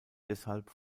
deshalb